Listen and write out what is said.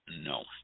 No